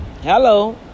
Hello